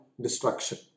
destruction